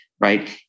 right